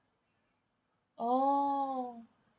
oh